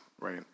right